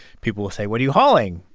people say, what are you hauling?